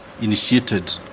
initiated